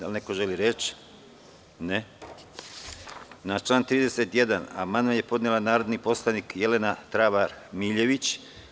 Da li neko želi reč? (Ne.) Na član 31. amandman je podnela narodni poslanik Jelena Travar–Miljević.